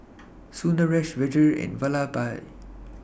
Sundaresh Vedre and Vallabhbhai